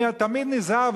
אני תמיד נזהר,